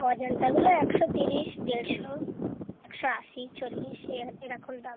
অজন্তাগুলো একশো তিরিশ ডেড়শো একশো আশি চল্লিশ এ এরকম দাম